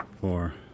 four